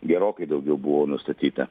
gerokai daugiau buvo nustatyta